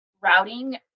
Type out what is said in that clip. routing